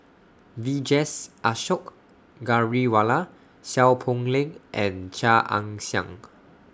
Vijesh Ashok Ghariwala Seow Poh Leng and Chia Ann Siang